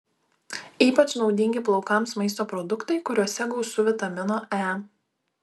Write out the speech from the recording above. ypač naudingi plaukams maisto produktai kuriuose gausu vitamino e